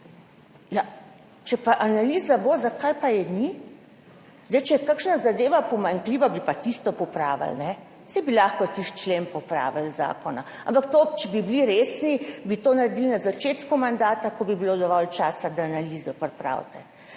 če pa analiza bo, zakaj pa je ni? Če je kakšna zadeva pomanjkljiva, bi pa tisto popravili, saj bi lahko tisti člen zakona popravili. Ampak če bi bili resni, bi to naredili na začetku mandata, ko bi bilo dovolj časa, da analizo pripravite.